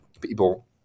people